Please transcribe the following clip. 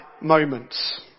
moments